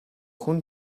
хүн